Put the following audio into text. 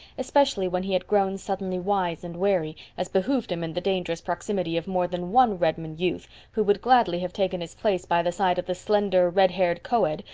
especially when he had grown suddenly wise and wary, as behooved him in the dangerous proximity of more than one redmond youth who would gladly have taken his place by the side of the slender, red-haired coed,